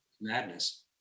madness